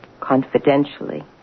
confidentially